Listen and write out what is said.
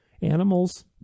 animals